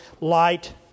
light